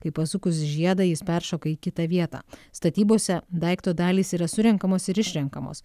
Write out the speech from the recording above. kai pasukus žiedą jis peršoka į kitą vietą statybose daikto dalys yra surenkamos ir išrenkamos